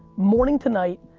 morning to night,